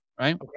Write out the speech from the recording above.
right